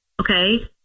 Okay